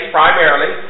primarily